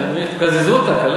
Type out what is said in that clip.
תחליטו, תקזזו אותה.